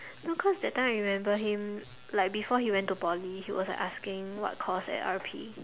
no cause that time I remember him like before he went to Poly he was like asking what course at R_P